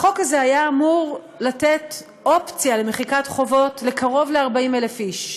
החוק הזה היה אמור לתת אופציה למחיקת חובות לקרוב ל-40,000 איש,